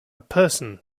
person